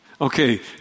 Okay